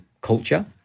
culture